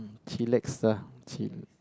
chillax ah chill